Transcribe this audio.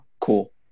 cool